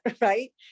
right